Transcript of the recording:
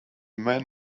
men